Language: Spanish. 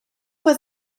fue